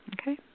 Okay